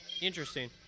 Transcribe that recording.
Interesting